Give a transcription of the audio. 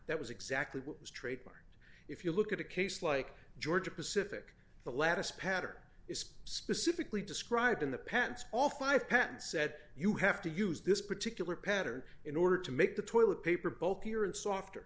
that was exactly what was trademarked if you look at a case like georgia pacific the lattice pattern is specifically described in the pens all five pence said you have to use this particular pattern in order to make the toilet paper both here and softer